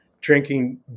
drinking